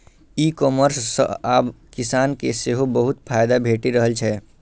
ई commerce सं आब किसान के सेहो बहुत फायदा भेटि रहल छै